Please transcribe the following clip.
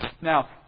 Now